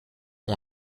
ont